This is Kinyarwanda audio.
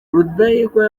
rudahigwa